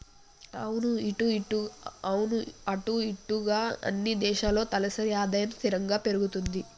అవును అటు ఇటుగా అన్ని దేశాల్లో తలసరి ఆదాయం స్థిరంగా పెరుగుతుంది